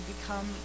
become